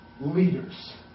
leaders